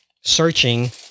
searching